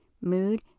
mood